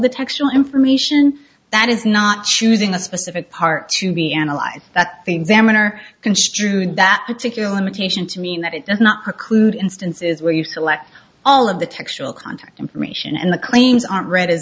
textual information that is not choosing a specific part to be analyzed that the examiner construed that particular limitation to mean that it does not preclude instances where you select all of the textual contact information and the claims aren't read